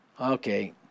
Okay